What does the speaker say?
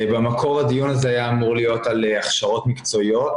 במקור הדיון הזה היה אמור להיות על הכשרות מקצועיות,